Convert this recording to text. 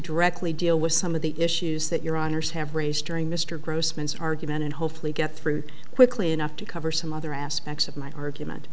directly deal with some of the issues that your honour's have raised during mr grossman argument and hopefully get through quickly enough to cover some other aspects of my argument